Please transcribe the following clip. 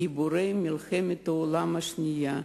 גיבורי מלחמת העולם השנייה.